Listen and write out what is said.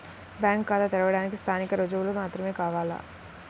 Bank ఖాతా తెరవడానికి స్థానిక రుజువులు మాత్రమే కావాలా?